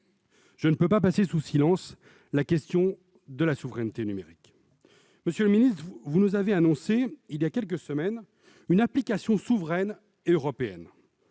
je ne puis passer sous silence la question de la souveraineté numérique. Monsieur le secrétaire d'État, vous nous avez annoncé il y a quelques semaines une application souveraine et européenne.